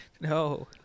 No